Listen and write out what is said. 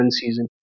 season